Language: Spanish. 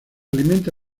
alimenta